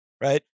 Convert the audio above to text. Right